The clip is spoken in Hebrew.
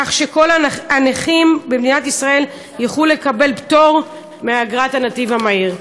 כך שכל הנכים במדינת ישראל יוכלו לקבל פטור מאגרת הנתיב המהיר?